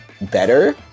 better